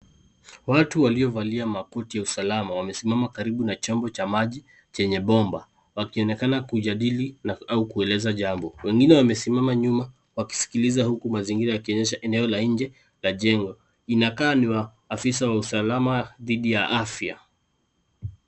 Watu waliovalia makoti ya usalama wamesimama karibu na chombo cha maji chenye bomba, wakionekana kujadili au kuelezea jambo. Wengine wamesimama nyuma wakisikiliza huku mazingira yakionyesha eneo la nje ya jengo. Inakaa ni maofisa wa usalama didhi ya afya.